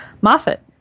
Moffat